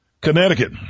Connecticut